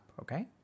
okay